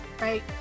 right